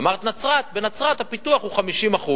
אמרת נצרת, בנצרת הפיתוח הוא 50%,